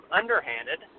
underhanded